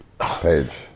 page